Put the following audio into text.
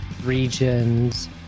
regions